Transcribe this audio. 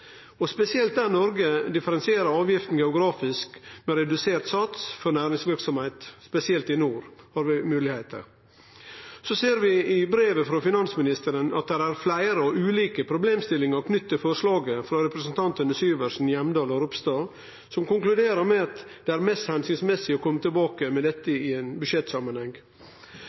ESA. Spesielt der Noreg differensierer avgifta geografisk med redusert sats for næringsverksemd, særleg i nord, har vi slike moglegheiter. Så ser vi i brevet frå finansministeren at der er fleire og ulike problemstillingar knytte til forslaget frå representantane Syversen, Reiten, Hjemdal og Ropstad, som konkluderer med at det er mest hensiktsmessig å kome tilbake med dette i budsjettsamanheng.